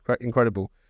incredible